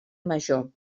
major